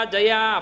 Jaya